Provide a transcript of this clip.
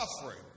suffering